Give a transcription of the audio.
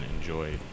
enjoy